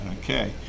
okay